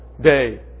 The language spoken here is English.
day